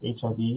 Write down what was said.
HIV